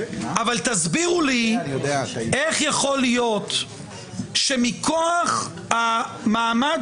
אבל תסבירו לי איך יכול להיות שמכוח המעמד